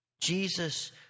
Jesus